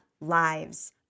lives